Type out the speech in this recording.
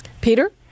Peter